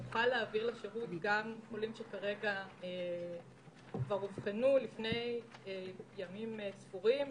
נוכל כבר להעביר לשירות גם חולים שכבר אובחנו לפני ימים ספורים,